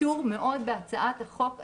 קשור מאוד בהצעת החוק עצמה.